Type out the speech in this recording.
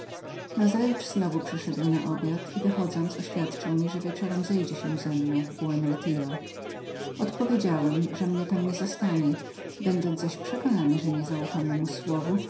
odstąpił nazajutrz znowu przyszedł na obiad i wychodząc oświadczył mi że wieczorem zejdzie się ze mną w buen retiro odpowiedziałem że mnie tam nie zastanie będąc zaś przekonanym że niezaufa memu słowu